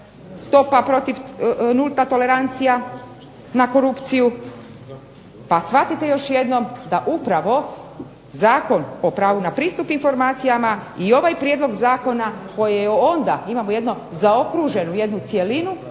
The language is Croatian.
stopa protiv, nulta tolerancija na korupciju, pa shvatite još jednom da upravo Zakon o pravu na pristup informacijama i ovaj prijedlog zakona koji je onda, imamo jedno zaokruženu, jednu cjelinu,